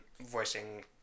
voicing